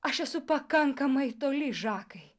aš esu pakankamai toli žakai